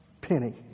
penny